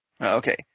okay